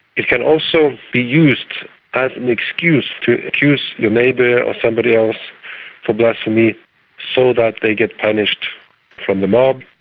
it can also be used as an excuse to accuse your neighbour or somebody else for blasphemy so that they get punished from the mob.